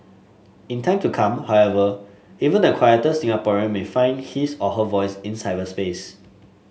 in time to come however even the quieter Singaporean may find his or her voice in cyberspace